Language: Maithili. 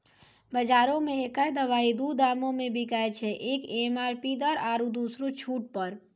बजारो मे एक्कै दवाइ दू दामो मे बिकैय छै, एक एम.आर.पी दर आरु दोसरो छूट पर